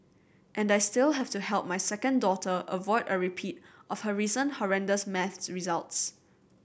and I still have to help my second daughter avoid a repeat of her recent horrendous maths results